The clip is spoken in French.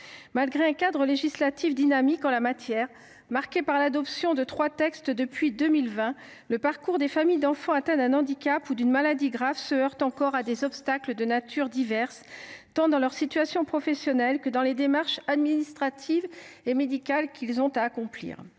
malgré un cadre législatif dynamique, marqué par l’adoption de trois textes depuis 2020, les familles d’enfants atteints d’un handicap ou d’une maladie grave se heurtent encore à des obstacles de natures diverses, tant dans leur situation professionnelle que dans les démarches administratives et médicales à accomplir.